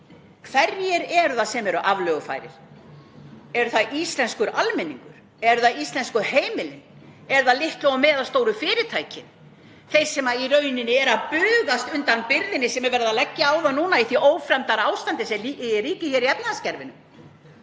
Hverjir eru það sem eru aflögufærir? Er það íslenskur almenningur? Eru það íslensku heimilin eða litlu og meðalstóru fyrirtækin, þau sem eru í rauninni að bugast undan byrðinni sem er verið að leggja á þau núna í því ófremdarástandi sem ríkir í efnahagskerfinu?